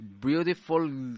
beautiful